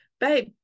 babe